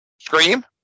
Scream